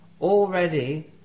already